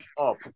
up